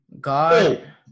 God